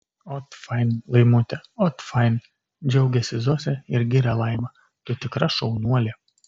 ot fain laimute ot fain džiaugiasi zosė ir giria laimą tu tikra šaunuolė